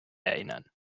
erinnern